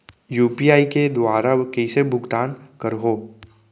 UPI के दुवारा कइसे भुगतान करहों?